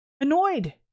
annoyed